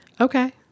Okay